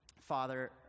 Father